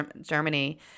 Germany